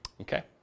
Okay